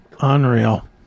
Unreal